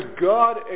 God